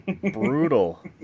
Brutal